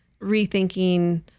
rethinking